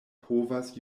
povas